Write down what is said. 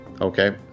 Okay